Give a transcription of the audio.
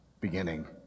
beginning